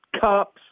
cups